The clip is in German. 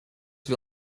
wir